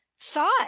thought